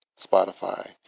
Spotify